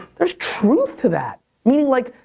there's truth to that. meaning like,